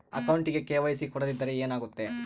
ಅಕೌಂಟಗೆ ಕೆ.ವೈ.ಸಿ ಕೊಡದಿದ್ದರೆ ಏನಾಗುತ್ತೆ?